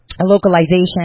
localization